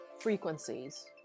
frequencies